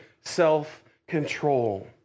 self-control